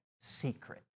secret